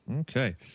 Okay